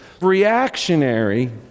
reactionary